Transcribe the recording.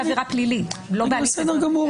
רק בעבירה פלילית, לא בהליך אזרחי.